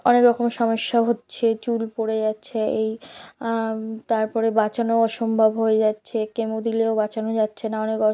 অনেক রকম সমস্যা হচ্ছে চুল পড়ে যাচ্ছে এই তারপরে বাঁচানো অসম্ভব হয়ে যাচ্ছে কেমো দিলেও বাঁচানো যাচ্ছে না অনেক